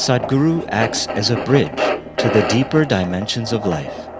sadhguru acts as a bridge to the deeper dimensions of life.